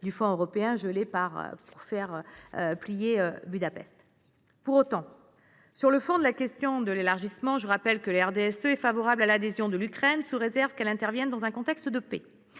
de fonds européens gelés pour faire plier Budapest ? Pour autant, sur le fond de la question de l’élargissement, je rappelle que le RDSE est favorable à l’adhésion de l’Ukraine sous réserve qu’elle intervienne dans un contexte de paix.